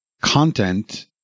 content